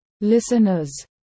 Listeners